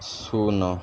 ଶୂନ